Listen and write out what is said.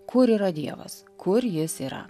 kur yra dievas kur jis yra